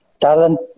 talent